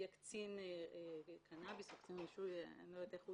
יהיה קצין קנאביס או קצין רישוי - אני לא יודעת איך הוא